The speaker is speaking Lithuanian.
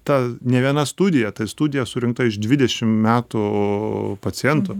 ta ne viena studija tai studija surinkta iš dvidešim metų pacientų